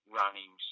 running